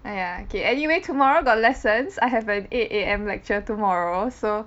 !aiya! okay anyway tomorrow got lessons I have an eight A_M lecture tomorrow so